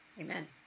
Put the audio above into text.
amen